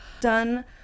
done